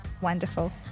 wonderful